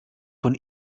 von